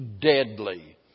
deadly